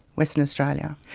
western australia.